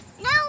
No